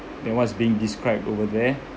than what's being described over there